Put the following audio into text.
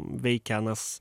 veikia anas